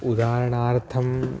उदाहरणार्थम्